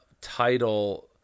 Title